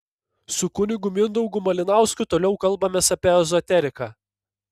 su kunigu mindaugu malinausku toliau kalbamės apie ezoteriką